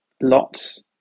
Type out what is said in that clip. lots